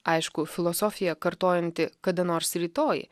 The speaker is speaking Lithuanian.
aišku filosofija kartojanti kada nors rytoj